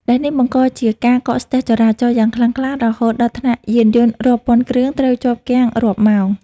ដែលនេះ បង្កជាការកកស្ទះចរាចរណ៍យ៉ាងខ្លាំងក្លា រហូតដល់ថ្នាក់យានយន្តរាប់ពាន់គ្រឿងត្រូវជាប់គាំងរាប់ម៉ោង។